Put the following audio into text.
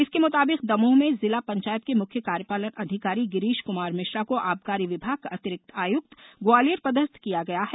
इसके मुताबिक दमोह में जिला पंचायत के मुख्य कार्यपालन अधिकारी गिरीश कुमार मिश्रा को आबकारी विभाग का अतिरिक्त आयुक्त ग्वालियर पदस्थ किया गया है